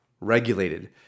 regulated